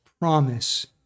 promise